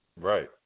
Right